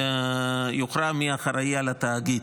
יוכרע מי אחראי על התאגיד.